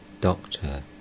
Doctor